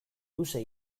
luze